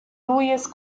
louis